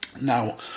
now